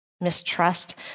mistrust